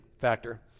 factor